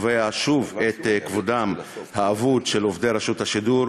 תובע שוב את כבודם האבוד של עובדי רשות השידור,